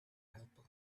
helper